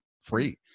free